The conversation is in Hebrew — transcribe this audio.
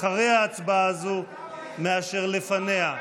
אחרי ההצבעה הזו מאשר לפניה.